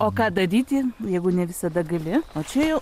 o ką daryti jeigu ne visada gali o čia jau